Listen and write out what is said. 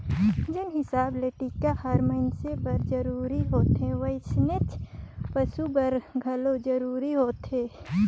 जेन हिसाब ले टिका हर मइनसे बर जरूरी होथे वइसनेच पसु बर घलो जरूरी होथे